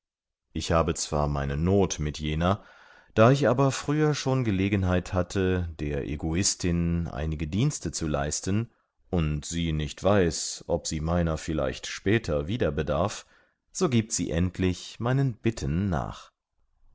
ich habe zwar meine noth mit jener da ich aber früher schon gelegenheit hatte der egoistin einige dienste zu leisten und sie nicht weiß ob sie meiner vielleicht später wieder bedarf so giebt sie endlich meinen bitten nach